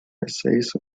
essays